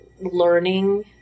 learning